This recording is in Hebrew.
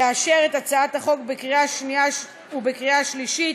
לאשר את הצעת החוק בקריאה השנייה ובקריאה השלישית